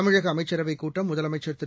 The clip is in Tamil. தமிழக அமைச்சரவைக் கூட்டம் முதலமைச்சர் திரு